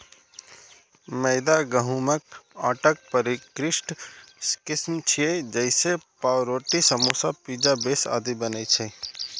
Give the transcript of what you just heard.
मैदा गहूंमक आटाक परिष्कृत किस्म छियै, जइसे पावरोटी, समोसा, पिज्जा बेस आदि बनै छै